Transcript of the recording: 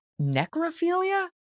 necrophilia